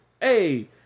hey